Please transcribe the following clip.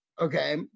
Okay